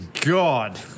God